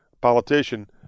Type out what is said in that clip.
politician